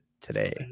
today